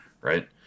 right